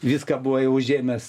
viską buvo jau užėmęs